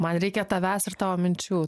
man reikia tavęs ir tavo minčių